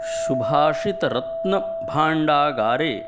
सुभाषितरत्नभाण्डागारे